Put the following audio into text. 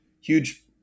huge